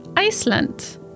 Iceland